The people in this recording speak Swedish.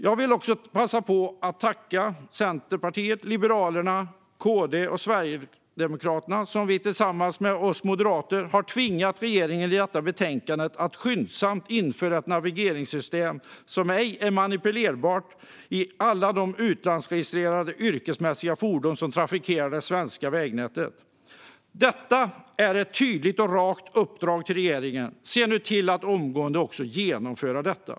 Jag vill passa på att tacka Centerpartiet, Liberalerna, Kristdemokraterna och Sverigedemokraterna, som tillsammans med oss moderater i detta betänkande har tvingat regeringen att skyndsamt införa ett navigeringssystem som ej är manipulerbart i alla de utlandsregistrerade, yrkesmässiga fordon som trafikerar det svenska vägnätet. Detta är ett tydligt och rakt uppdrag till regeringen. Se nu till att omgående också genomföra detta!